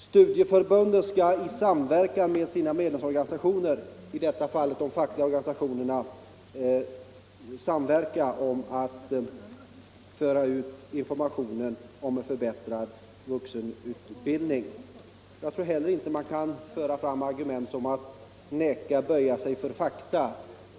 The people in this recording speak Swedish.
Studieförbunden skall med sina medlemsorganisationer — i detta fall de fackliga organisationerna — samverka i fråga om att föra ut informationen om en förbättrad vuxenutbildning. Jag tror inte att man kan köra fram argument som att vi skulle vägra att böja oss för fakta.